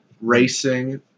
racing